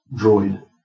droid